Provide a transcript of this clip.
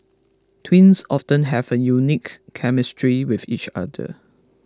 twins often have an unique chemistry with each other